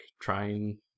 trying